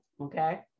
okay